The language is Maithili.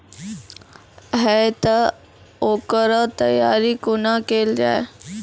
हेतै तअ ओकर तैयारी कुना केल जाय?